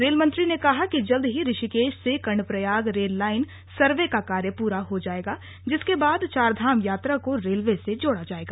rail मंत्री ने कहा जल्द ही ऋषिकेश से कर्णप्रयाग रेल लाइन का सर्वे का कार्य पूरा हो जाएगा जिसके बाद चारधाम यात्रा को रेलवे से जोडा जाएगा